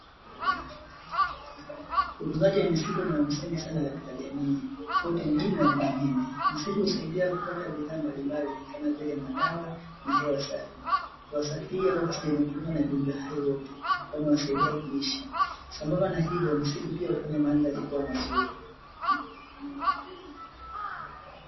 Utunzaji wa misitu ni wa msingi sana katika jamii, kote mijini na vijijini. Misitu husaidia kupata bidhaa mbalimbali kama vile madawa na hewa safi, hewa safi hii ya oxjeni hutumiwa na viumbe hai wote kwaiyo inawasaidia kuishi. Sambamba na hilo misitu pia hufanya mandhari kuwa mazuri.